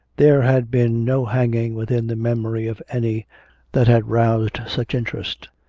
there had been no hanging within the memory of any that had roused such interest.